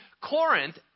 Corinth